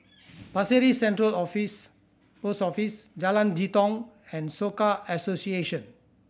Pasir Ris Central Office Post Office Jalan Jitong and Soka Association